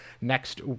next